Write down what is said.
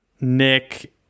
Nick